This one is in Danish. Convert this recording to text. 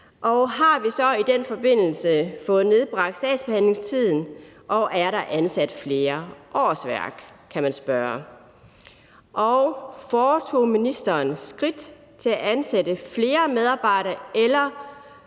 har vi så i den forbindelse fået nedbragt sagsbehandlingstiden, og er der ansat flere årsværk? Sådan kan man spørge. Og foretog ministeren skridt til at ansætte flere medarbejdere, eller